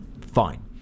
Fine